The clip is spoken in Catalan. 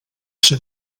ser